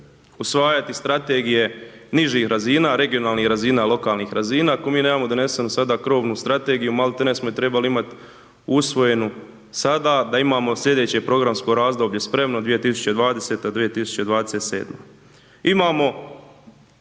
usvajati strategije nižih razina, regionalnih razina, lokalnih razina, ako mi nemamo donesenu sada krovnu strategiju, malte ne smo je trebali imat usvojenu sada da imamo slijedeće programsko razdoblje spremno 2020., 2027.